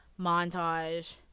montage